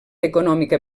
econòmica